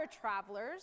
travelers